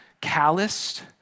calloused